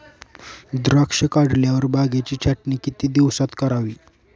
द्राक्षे काढल्यावर बागेची छाटणी किती दिवसात करावी?